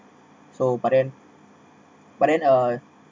so but then but then uh